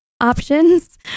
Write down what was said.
options